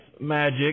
magic